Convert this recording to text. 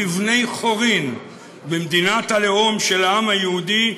כבני חורין במדינת הלאום של העם היהודי,